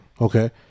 Okay